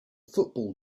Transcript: football